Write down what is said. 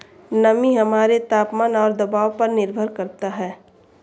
नमी हमारे तापमान और दबाव पर निर्भर करता है